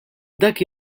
dak